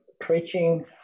preaching